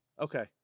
Okay